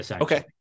Okay